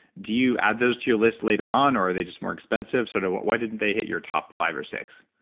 do you add those to your list later on, or are they just more expensive? sort of why didn't they hit your top five or six?